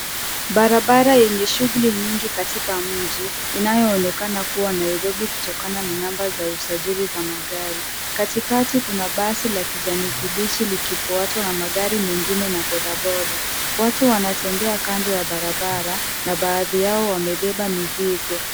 Barabara yenye shughuli nyingi katika mji inayoonekana kuwa Nairobi kutokana na namba za usajili za magari. Katikati kuna basi la kijani kibichi likifuatwa na magari mengine na bodaboda .Watu wanatembea kando ya barabara na baadhi yao wamebeba mizigo.